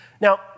Now